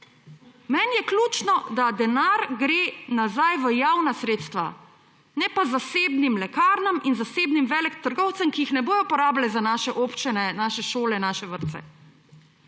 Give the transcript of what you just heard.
Meni je ključno, da denar gre nazaj v javna sredstva ne pa zasebnim lekarnam in zasebnim veletrgovcem, ki jih ne bodo porabile za naše občine, naše šole, naše vrtce.